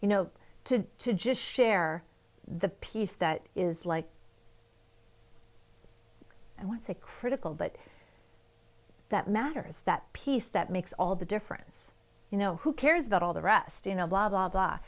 you know to to just share the piece that is like and once a critical but that matters that piece that makes all the difference you know who cares about all the rest you know blah blah blah